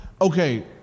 okay